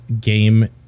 game